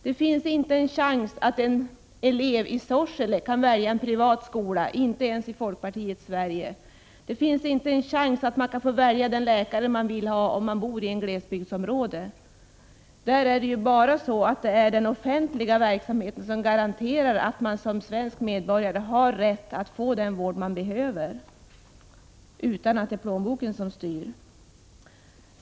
Det finns inte en chans att en elev i Sorsele kan välja en privat skola, inte ens i folkpartiets Sverige. Det finns inte en chans att välja den läkare man vill om man bor i ett glesbygdsområde. Där är det bara den offentliga verksamheten som garanterar att man som svensk medborgare har rätt till den vård man behöver utan att plånboken får styra.